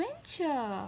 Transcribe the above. adventure